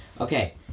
Okay